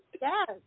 Yes